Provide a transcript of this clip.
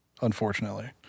unfortunately